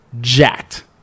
jacked